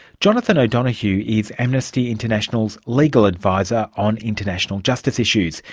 jonathan o'donohue is amnesty international's legal adviser on international justice issues,